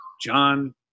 john